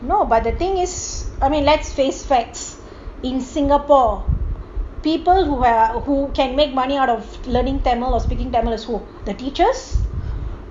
no but the thing is I mean let's face facts in singapore people who can make money out of learning tamil speaking tamil is who the teachers